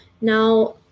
now